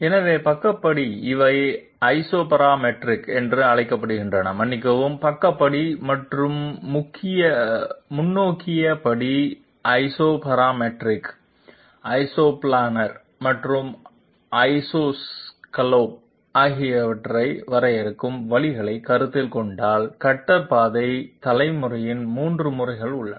எனவே பக்க படி இவை ஐசோபராமெட்ரிக் என்று அழைக்கப்படுகின்றன மன்னிக்கவும் பக்க படி மற்றும் முன்னோக்கி படி ஐசோபராமெட்ரிக் ஐசோப்ளானார் மற்றும் ஐசோஸ்கலோப் ஆகியவற்றை வரையறுக்கும் வழியைக் கருத்தில் கொண்டால் கட்டர் பாதை தலைமுறையின் 3 முறைகள் உள்ளன